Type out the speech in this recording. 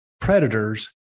predators